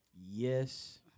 yes